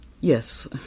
Yes